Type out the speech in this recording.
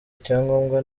icyangombwa